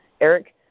Eric